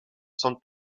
centre